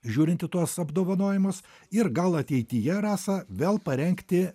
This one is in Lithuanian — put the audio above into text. žiūrint į tuos apdovanojimus ir gal ateityje rasa vėl parengti